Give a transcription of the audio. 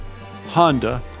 Honda